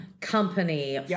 Company